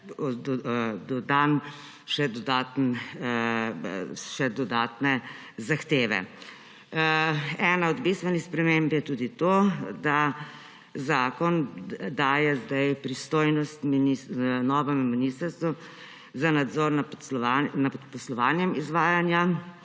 dodane še dodatne zahteve. Ena od bistvenih sprememb je tudi to, da zakon daje zdaj pristojnost novemu ministrstvu za nadzor nad poslovanjem izvajanja